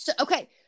Okay